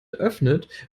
öffnet